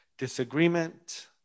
Disagreement